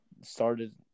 started